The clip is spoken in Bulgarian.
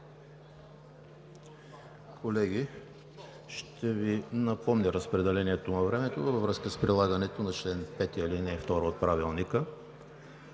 Колеги, ще Ви напомня разпределението на времето във връзка с прилагането на чл. 5, ал. 2 от Правилника: